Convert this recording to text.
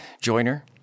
joiner